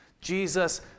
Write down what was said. Jesus